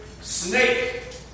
snake